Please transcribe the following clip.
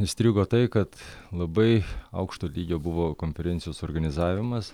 įstrigo tai kad labai aukšto lygio buvo konferencijos organizavimas